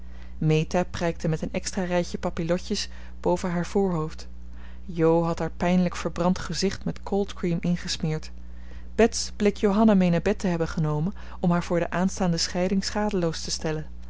meta prijkte met een extra rijtje papillotjes boven haar voorhoofd jo had haar pijnlijk verbrand gezicht met coldcream ingesmeerd bets bleek johanna mee naar bed te hebben genomen om haar voor de aanstaande scheiding schadeloos te stellen